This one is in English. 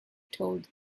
told